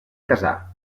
casar